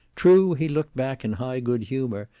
true, he looked back in high good humour,